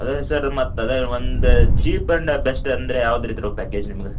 ಅದೇ ರೀ ಸರ್ ಮತ್ತೆ ಅದೇ ಒಂದು ಚೀಪ್ ಆ್ಯಂಡ ಬೆಸ್ಟ್ ಅಂದರೆ ಯಾವ್ದು ಇದ್ರೊಳಗೆ ಪ್ಯಾಕೇಜ್ ನಿಮ್ದು